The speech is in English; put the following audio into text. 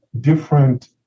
different